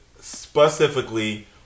specifically